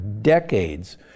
decades